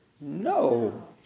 No